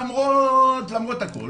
למרות הכול